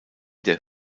der